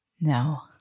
no